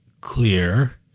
clear